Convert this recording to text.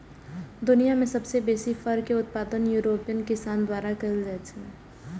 दुनिया मे सबसं बेसी फर के उत्पादन यूरोपीय किसान द्वारा कैल जाइ छै